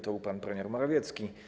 To był pan premier Morawiecki.